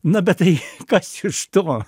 na bet tai kas iš to